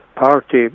party